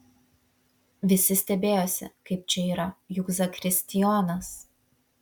visi stebėjosi kaip čia yra juk zakristijonas